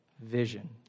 vision